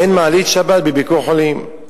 אין מעלית שבת ב"ביקור חולים".